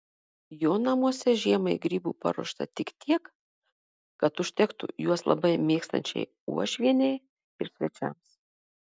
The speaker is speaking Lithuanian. jo namuose žiemai grybų paruošta tik tiek kad užtektų juos labai mėgstančiai uošvienei ir svečiams